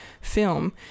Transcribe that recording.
film